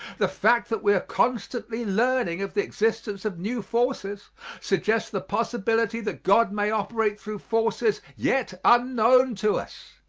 the fact that we are constantly learning of the existence of new forces suggests the possibility that god may operate through forces yet unknown to us,